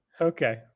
okay